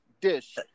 dish